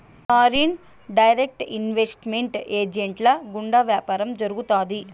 foreign direct investment ఏజెంట్ల గుండా వ్యాపారం జరుగుతాది